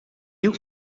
nieuw